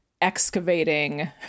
excavating